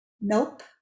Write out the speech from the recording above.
nope